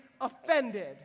Offended